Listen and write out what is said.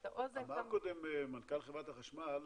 אמר קודם מנכ"ל חברת החשמל,